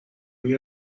روی